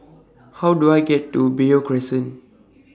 How Do I get to Beo Crescent